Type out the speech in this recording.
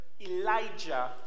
Elijah